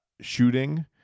shooting